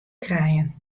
krijen